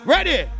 Ready